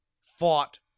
fought